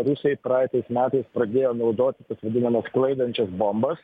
rusai praeitais metais pradėjo naudoti tas vadinamas sklaidančias bombas